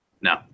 No